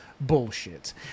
bullshit